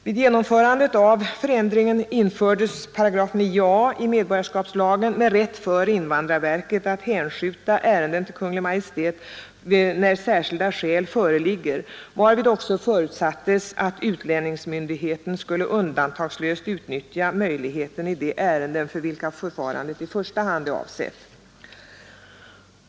Vid genomförandet av förändringen infördes § 9 a i medborgarskapslagen med rätt för invandrarverket att hänskjuta ärenden till Kungl. Maj:t när särskilda skäl föreligger, varvid också förutsattes att utlänningsmyndigheten skulle undantagslöst utnyttja möjligheten i de ärenden, för vilka förfarandet i första hand är avsett.